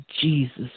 jesus